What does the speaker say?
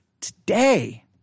today